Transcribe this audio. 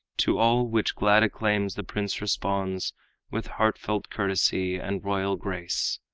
to all which glad acclaims the prince responds with heartfelt courtesy and royal grace.